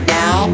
now